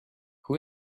who